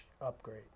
upgrade